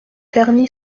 terny